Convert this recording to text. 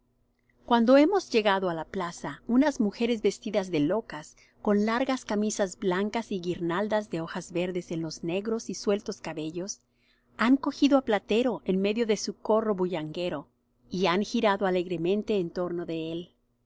cuando hemos llegado á la plaza unas mujeres vestidas de locas con largas camisas blancas y guirnaldas de hojas verdes en los negros y sueltos cabellos han cogido á platero en medio de su corro bullanguero y han girado alegremente en torno de él